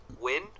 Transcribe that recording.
win